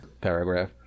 paragraph